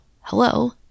hello